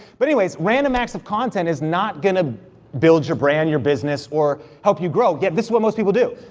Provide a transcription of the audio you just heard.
but anyways, random acts of content is not gonna build your brand, your business, or help you grow, yet this is what most people do!